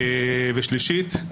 שלישית,